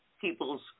People's